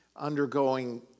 Undergoing